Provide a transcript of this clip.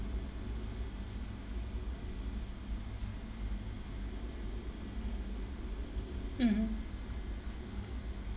mmhmm